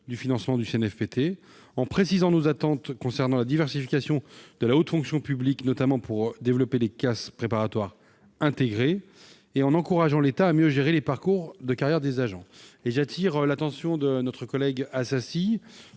du financement du CNFPT, en précisant nos attentes concernant la diversification de la haute fonction publique, notamment pour développer les classes préparatoires intégrées, et en encourageant l'État à mieux gérer les parcours de carrière de ses agents. Par ailleurs, madame Assassi,